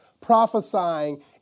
Prophesying